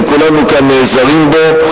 וכולנו כאן נעזרים בו.